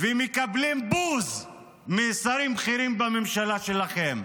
ומקבלים בוז משרים בכירים בממשלה שלכם.